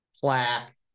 plaque